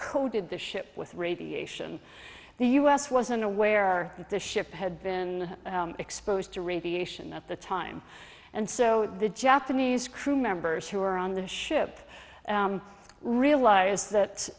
corroded the ship with radiation the u s wasn't aware that the ship had been exposed to radiation at the time and so the japanese crewmembers who were on the ship realized that